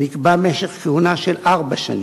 נקבע משך כהונה של ארבע שנים,